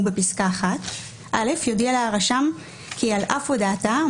בפסקה (1) (א)יודיע לה הרשם כי על אף הודעתה,